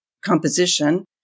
composition